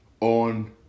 On